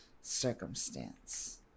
circumstance